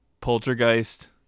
Poltergeist